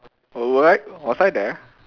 all right was I there